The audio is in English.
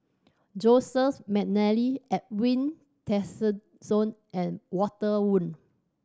Joseph McNally Edwin Tessensohn and Walter Woon